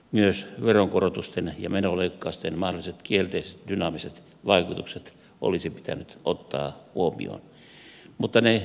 myös veronkorotusten ja menoleikkausten mahdolliset kielteiset dynaamiset vaikutukset olisi pitänyt ottaa huomioon mutta ne autuaasti unohdettiin